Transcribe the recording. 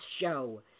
show